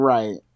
Right